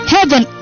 Heaven